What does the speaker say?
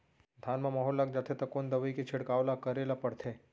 धान म माहो लग जाथे त कोन दवई के छिड़काव ल करे ल पड़थे?